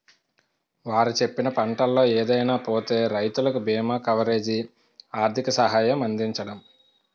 వారు చెప్పిన పంటల్లో ఏదైనా పోతే రైతులకు బీమా కవరేజీ, ఆర్థిక సహాయం అందించడం